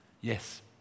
Yes